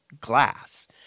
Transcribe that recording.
glass